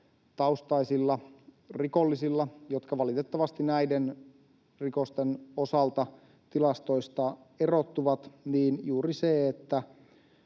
rikollisilla — jotka valitettavasti näiden rikosten osalta tilastoista erottuvat — juuri se